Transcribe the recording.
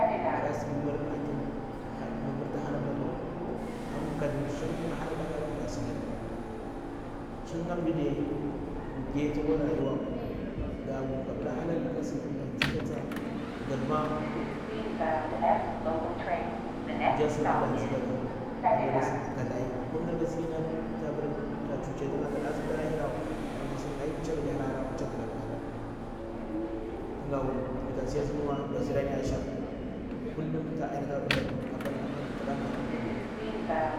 Gada sam mir ti hankalam mda akwa wa, shanga hala dan adam gasidari, shanga mdaɗe mmide takwo rayuwa ga wul ngampblahalari, kasin lakutu ga ndzi ka tsa ganma mmjii a sin laktu da ndzi ka ga. Kamuya da sin ghu katthda anyi shanga mda chuchetinga sin ta ɗe hirawa kamya tasin ai chaga da harharrawa, chaga kla klari. tunga wul mida sai singa basirani asha, kunlum ta ayyata akwa nɗu fari apa tana mstjisj hanlaga komaiwa.